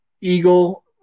eagle